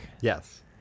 Yes